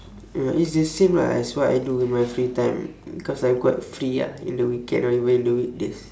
mm it's the same lah as what I do with my free time because I'm quite free ah in the weekend or even in the weekdays